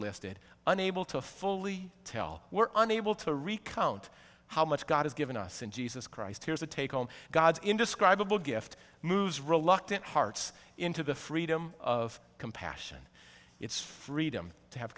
listed unable to fully tell we're unable to recount how much god has given us in jesus christ here's a take on god's indescribable gift moves reluctant hearts into the freedom of compassion it's freedom to have